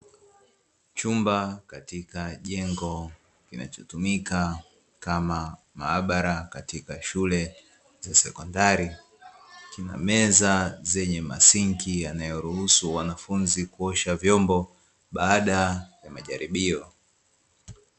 Chumba katika jengo kinachotumika kama maabara katika shule za sekondari, kina meza zenye masinki yanayoruhusu wanafunzi kuosha vyombo baada ya majaribio.